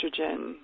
estrogen